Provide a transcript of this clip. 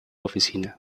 oficina